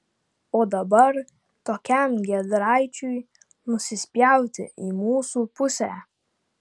o dabar tokiam giedraičiui nusispjauti į mūsų pusę